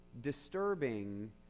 disturbing